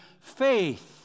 faith